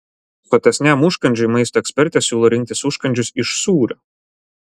sotesniam užkandžiui maisto ekspertė siūlo rinktis užkandžius iš sūrio